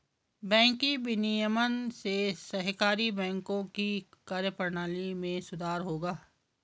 banking विनियमन से सहकारी बैंकों की कार्यप्रणाली में सुधार होगा